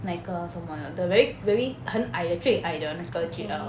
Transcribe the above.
那个什么来的 the very very 很矮的最矮的那个 G_L